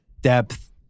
depth